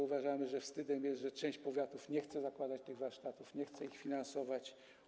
Uważamy, że to wstyd, że część powiatów nie chce zakładać tych warsztatów, nie chce ich finansować.